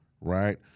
Right